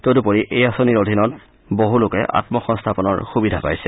তদুপৰি এই আঁচনিৰ অধীনত বহুলোকে আম্ম সংস্থাপনৰ সুবিধা পাইছে